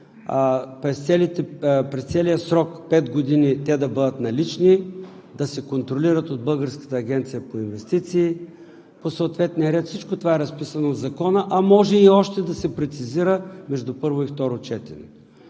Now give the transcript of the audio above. през целия срок пет години те да бъдат налични, да се контролират от Българската агенция по инвестиции по съответния ред. Всичко това е разписано в Закона, а може и още да се прецизира между първо и второ четене.